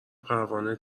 پروانه